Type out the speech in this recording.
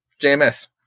jms